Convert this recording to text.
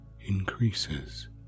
increases